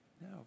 No